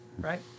right